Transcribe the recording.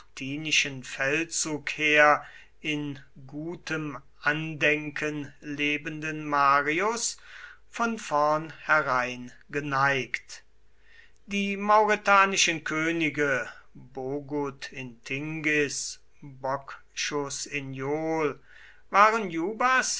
feldzug her in gutem andenken lebenden marius von vorn herein geneigt die mauretanischen könige bogud in tingis bocchus in jol waren jubas